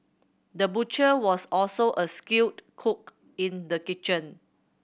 the butcher was also a skilled cook in the kitchen